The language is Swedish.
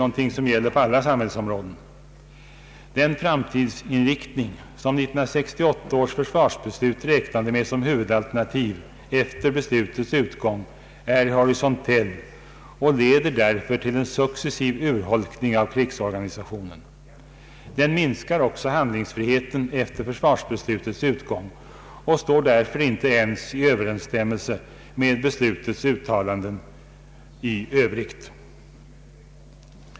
någonting som gäller på alla samhällsområden. Den framtidsinriktning som 1968 års försvarsbeslut räknade med som huvudalternativ efter försvarsbeslutets utgång är horisontell och leder därför till en successiv urholkning av krigsorganisationen. Den minskar också handlingsfriheten efter försvarsbeslutets utgång och står därför icke ens i överensstämmelse med beslutets uttalade avsikter i övrigt.